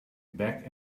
back